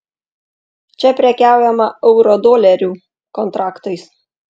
čia prekiaujama eurodolerių kontraktais